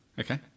Okay